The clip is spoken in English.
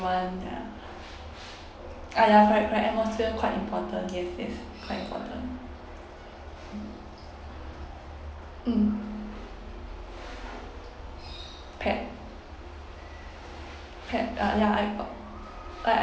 ya ah ya correct correct atmosphere quite important yes yes quite important mm pet pet uh ya I got